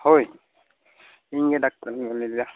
ᱦᱳᱭ ᱤᱧ ᱜᱮ ᱰᱟᱠᱛᱟᱨ ᱤᱧ ᱞᱟᱹᱭᱮᱫᱟ